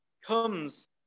comes